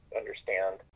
understand